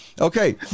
Okay